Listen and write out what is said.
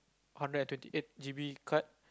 hundred twenty eight G B card